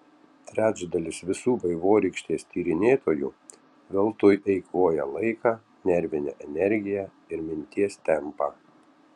trečdalis visų vaivorykštės tyrinėtojų veltui eikvoja laiką nervinę energiją ir minties tempą